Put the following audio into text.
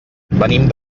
venim